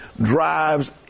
drives